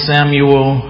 Samuel